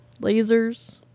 Lasers